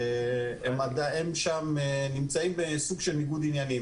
הם נמצאים שם בסוג של ניגוד עניינים.